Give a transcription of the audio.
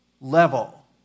level